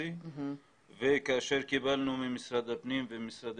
שקלים וכאשר קיבלנו ממשרד הפנים וממשרד